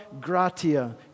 Gratia